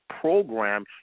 program